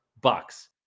Bucks